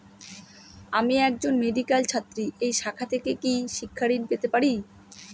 আমি একজন মেডিক্যাল ছাত্রী এই শাখা থেকে কি শিক্ষাঋণ পেতে পারি?